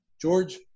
George